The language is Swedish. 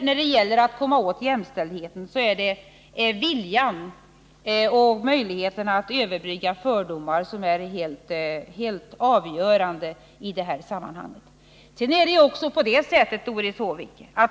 När det gäller att nå jämställdhet är det viljan och möjligheterna att kunna överbrygga fördomar som är det helt avgörande.